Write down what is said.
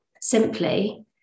simply